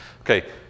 Okay